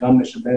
שגם משמש